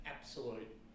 absolute